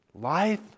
life